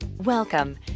Welcome